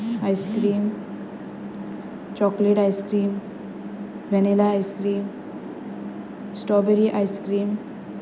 ice cream chocolate ice cream vanilla ice cream strawberry ice cream